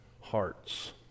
hearts